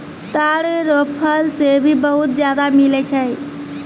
ताड़ रो फल से भी बहुत ज्यादा मिलै छै